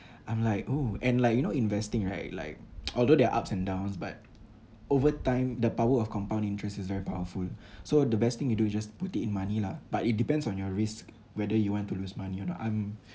I'm like oh and like you know investing right like although there are ups and downs but over time the power of compound interest is very powerful so the best thing you do just put it in money lah but it depends on your risk whether you want to lose money or not I'm